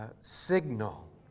signal